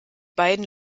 beiden